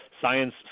science